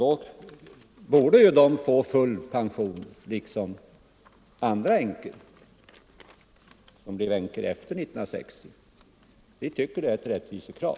Alla dessa änkor borde få full pension, i likhet med dem som blev änkor efter 1960. Vi tycker att det är ett rättvisekrav.